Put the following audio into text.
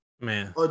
Man